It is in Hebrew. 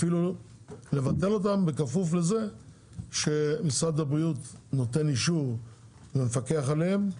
אפילו לבטל את זה בכפוף לזה שמשרד הבריאות נותן אישור ומפקח עליהם.